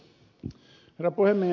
herra puhemies